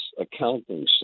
accounting